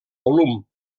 volum